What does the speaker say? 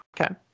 Okay